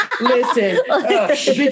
listen